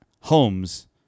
homes